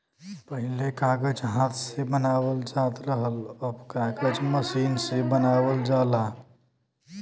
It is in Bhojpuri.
पहिले कागज हाथ से बनावल जात रहल, अब कागज मसीन से बनावल जाला